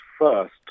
first